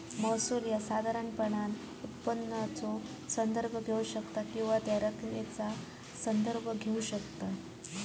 महसूल ह्या साधारणपणान उत्पन्नाचो संदर्भ घेऊ शकता किंवा त्या रकमेचा संदर्भ घेऊ शकता